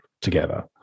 together